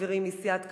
חברי מסיעת קדימה.